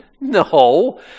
No